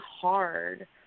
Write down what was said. hard